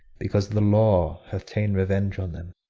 because the law hath ta'en revenge on them.